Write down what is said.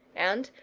and,